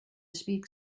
speak